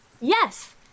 Yes